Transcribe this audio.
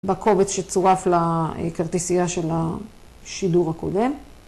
בקובץ שצורף לכרטיסייה של השידור הקודם.